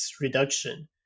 reduction